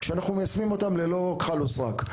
שאנחנו מיישמים אותם ללא כחל ושרק.